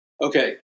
Okay